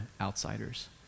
outsiders